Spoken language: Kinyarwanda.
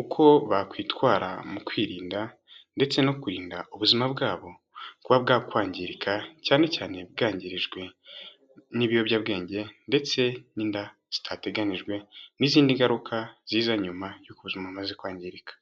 uko bakwitwara mu kwirinda ndetse no kurinda ubuzima bwabo, kuba bwakwangirika, cyane cyane bwangirijwe n'ibiyobyabwenge ndetse n'inda zitateganijwe n'izindi ngaruka ziza nyuma y'uko ubuzima bumaze kwangirika.